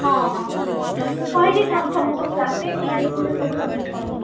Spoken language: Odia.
ହଁ ହଁ କହିଦେଇଥାନ୍ତୁ ସମସ୍ତଙ୍କୁ ଲାଷ୍ଟ୍ ଡେଟ୍ ସେଇ ଡେଟ୍ ଭିତରେ ସବୁ ସମିଟ୍ କରାଇଦେବେ